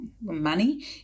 money